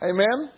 Amen